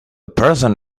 person